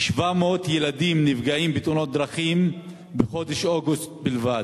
כ-700 ילדים נפגעים בתאונות דרכים בחודש אוגוסט בלבד.